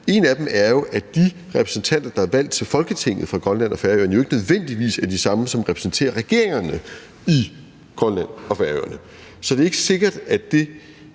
En af dem er, at de repræsentanter, der er valgt til Folketinget for Grønland og Færøerne, jo ikke nødvendigvis er de samme, som repræsenterer regeringerne i Grønland og Færøerne. Så det er ikke sikkert, at det